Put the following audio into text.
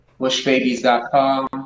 bushbabies.com